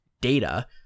data